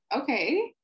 Okay